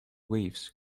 waves